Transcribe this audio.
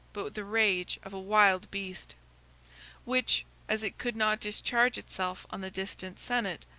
but the rage of a wild beast which, as it could not discharge itself on the distant senate,